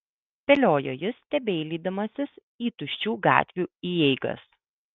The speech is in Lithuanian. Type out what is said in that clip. spėliojo jis stebeilydamasis į tuščių gatvių įeigas